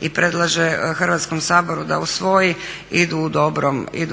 i predlaže Hrvatskom saboru da usvoji idu